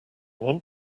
want